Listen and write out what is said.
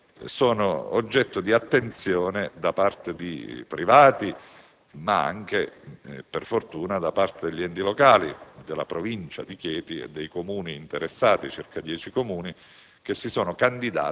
valore, sono oggetto di attenzione da parte di privati ma anche, per fortuna, da parte degli enti locali, della Provincia di Chieti e dei Comuni interessati (circa dieci),